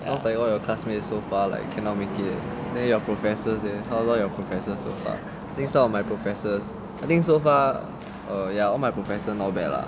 oh my god all your classmates so far like cannot make it then your professors leh how long your professor so far I think some of my professors I think so far err ya all my professor not bad lah